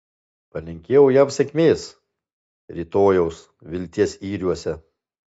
palinkėjau jam sėkmės rytojaus vilties yriuose